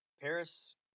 Paris